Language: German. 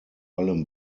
allem